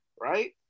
right